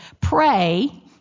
Pray